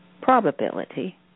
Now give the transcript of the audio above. probability